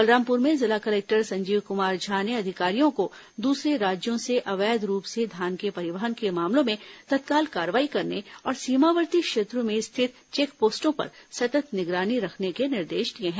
बलरामपुर में जिला कलेक्टर संजीव कुमार झा ने अधिकारियों को दूसरे राज्यों से अवैध रूप से धान के परिवहन के मामलों में तत्काल कार्रवाई करने और सीमावर्ती क्षेत्रों में स्थित चेकपोस्टों पर सतत् निगरानी रखने के निर्देश दिए हैं